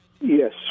Yes